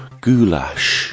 Goulash